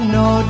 no